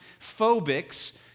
phobics